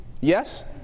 Yes